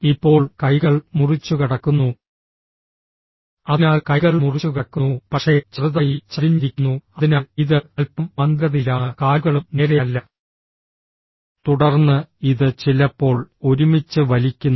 ഇപ്പോൾ കൈകൾ മുറിച്ചുകടക്കുന്നു അതിനാൽ കൈകൾ മുറിച്ചുകടക്കുന്നു പക്ഷേ ചെറുതായി ചരിഞ്ഞിരിക്കുന്നു അതിനാൽ ഇത് അൽപ്പം മന്ദഗതിയിലാണ് കാലുകളും നേരെയല്ല തുടർന്ന് ഇത് ചിലപ്പോൾ ഒരുമിച്ച് വലിക്കുന്നു